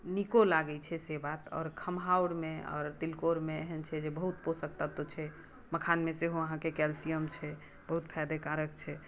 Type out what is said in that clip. नीको लागैत छै से बात आओर खमहाउरमे आओर तिलकोरमे एहन छै जे बहुत पोषक तत्व छै मखानमे सेहो अहाँकेँ कैल्सियम छै बहुत फायदेकारक छै